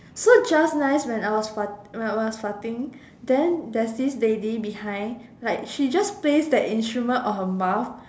so just nice when I was fart when I was farting then there was this behind like she just play her instrument on her mouth